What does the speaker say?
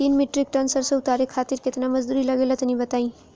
तीन metric ton सरसो उतारे खातिर केतना मजदूरी लगे ला तनि बताई?